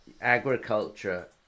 agriculture